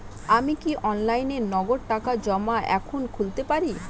আমি কি অনলাইনে নগদ টাকা জমা এখন খুলতে পারি?